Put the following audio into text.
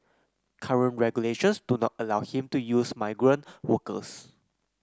current regulations do not allow him to use migrant workers